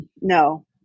No